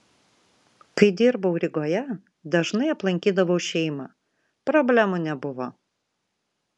kai dirbau rygoje dažnai aplankydavau šeimą problemų nebuvo